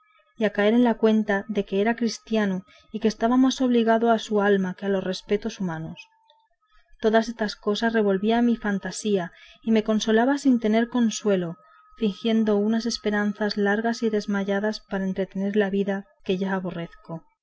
y a caer en la cuenta de que era cristiano y que estaba más obligado a su alma que a los respetos humanos todas estas cosas revolvía en mi fantasía y me consolaba sin tener consuelo fingiendo unas esperanzas largas y desmayadas para entretener la vida que ya aborrezco